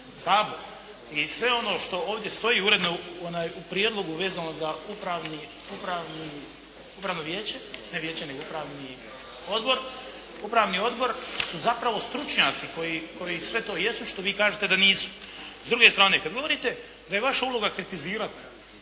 i sve ono što ovdje stoji uredno u prijedlogu vezano za upravno vijeće, ne vijeće nego upravni odbor su zapravo stručnjaci koji sve to jesu, što vi kažete da nisu. S druge strane kada govorite da je vaša uloga kritizirati,